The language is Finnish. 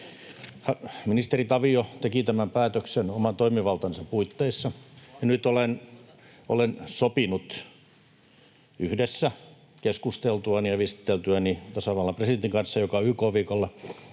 Ministeri Tavio teki tämän päätöksen oman toimivaltansa puitteissa, ja nyt olen sopinut yhdessä, keskusteltuani ja viestiteltyäni tasavallan presidentin kanssa, joka on YK-viikolla,